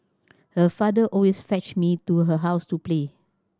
her father always fetched me to her house to play